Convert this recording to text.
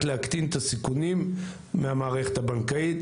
להקטין את הסיכונים מהמערכת הבנקאית,